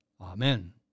Amen